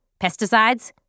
pesticides